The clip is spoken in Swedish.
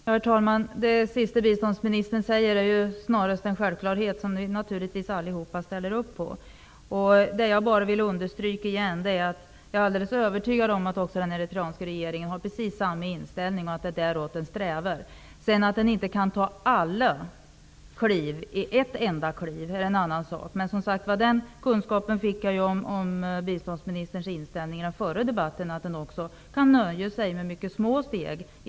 Herr talman! Det som biståndsministern avslutade med är snarast en självklarhet som vi alla naturligtvis ställer upp på. Jag vill bara återigen understryka att jag är alldeles övertygad om att den eritreanska regeringen har precis samma inställning, att det är det målet som man strävar efter. Att den sedan inte kan åstadkomma allt genom ett enda kliv är en annan sak. Men den kunskapen om biståndsministerns inställning fick jag ju i den förra debatten, att man också kan nöja sig med mycket små steg.